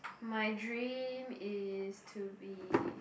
my dream is to be